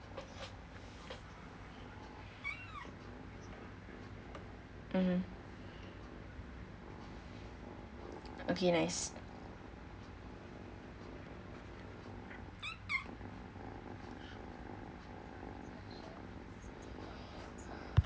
mmhmm okay nice